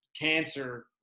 cancer